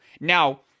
Now